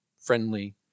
friendly